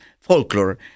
folklore